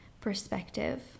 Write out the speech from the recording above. perspective